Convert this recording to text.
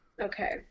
Okay